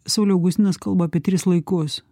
sauliau augustinas kalba apie tris laikus